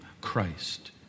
Christ